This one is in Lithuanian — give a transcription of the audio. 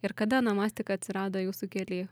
ir kada onomastika atsirado jūsų kely